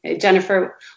Jennifer